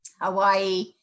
Hawaii